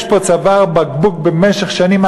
יש פה צוואר בקבוק במשך שנים.